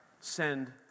Send